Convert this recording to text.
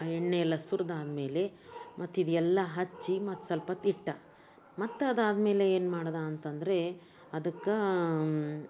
ಆ ಎಣ್ಣೆ ಎಲ್ಲ ಸುರಿದಾದ್ಮೇಲೆ ಮತ್ತು ಇದು ಎಲ್ಲ ಹಚ್ಚಿ ಮತ್ತು ಸ್ವಲ್ಪ ಹೊತ್ತು ಇಟ್ಟು ಮತ್ತು ಅದಾದ್ಮೇಲೆ ಏನು ಮಾಡ್ದೆ ಅಂತ ಅಂದ್ರೆ ಅದಕ್ಕೆ